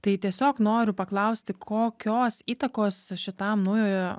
tai tiesiog noriu paklausti kokios įtakos šitam naujojo